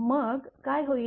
मग काय होईल